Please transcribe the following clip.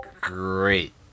Great